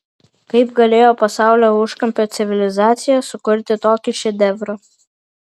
kaip galėjo pasaulio užkampio civilizacija sukurti tokį šedevrą